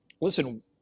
listen